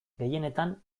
gehienetan